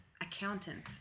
accountant